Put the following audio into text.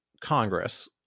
Congress